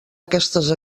aquestes